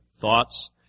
thoughts